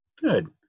good